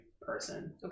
person